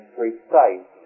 precise